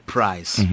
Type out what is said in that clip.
Price